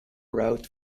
route